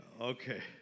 Okay